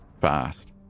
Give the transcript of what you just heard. fast